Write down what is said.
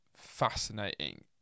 fascinating